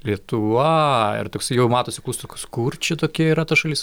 lietuva ir toksai jau matosi klaustukas kur čia tokia yra ta šalis